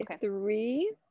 three